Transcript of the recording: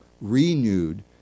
renewed